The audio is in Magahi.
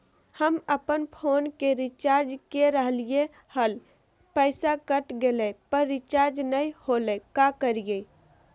हम अपन फोन के रिचार्ज के रहलिय हल, पैसा कट गेलई, पर रिचार्ज नई होलई, का करियई?